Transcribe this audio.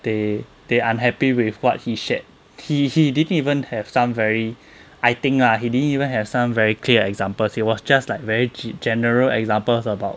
they they unhappy with what he shared he he didn't even have some very I think lah he didn't even have some very clear examples he was just like very general examples about